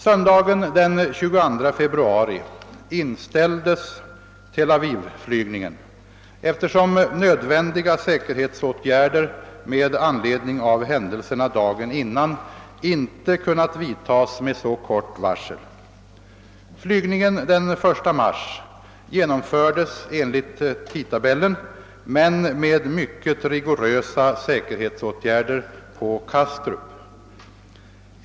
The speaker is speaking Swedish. Söndagen den 22 februari inställdes Tel Aviv-flygningen, eftersom nödvändiga säkerhetsåtgärder med anledning av händelserna dagen innan inte kunnat vidtas med så kort varsel. Flygningen den 1 mars genomfördes enligt tidtabellen men med mycket rigorösa säkerhetsåtgärder på Kastrup.